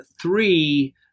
three